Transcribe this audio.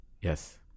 yes